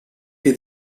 più